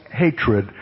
hatred